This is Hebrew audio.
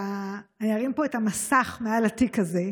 אני ארים פה את המסך מעל התיק הזה.